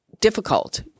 Difficult